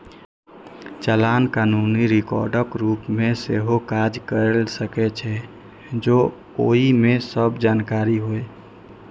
चालान कानूनी रिकॉर्डक रूप मे सेहो काज कैर सकै छै, जौं ओइ मे सब जानकारी होय